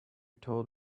told